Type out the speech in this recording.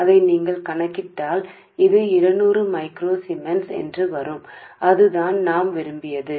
కాబట్టి స్పష్టంగామీరు దీన్ని లెక్కించితే ఇది 200 మైక్రో సిమెన్స్గా ఉంటుంది ఇది మేము కోరుకున్నది